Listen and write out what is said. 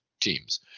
teams